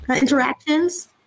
interactions